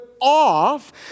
off